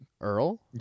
Earl